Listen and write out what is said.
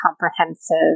comprehensive